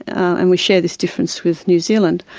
and we share this difference with new zealand,